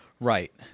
Right